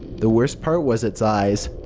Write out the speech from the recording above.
the worst part was its eyes.